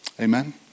Amen